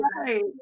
right